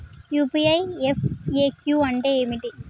UPI FAQ అంటే ఏమిటి?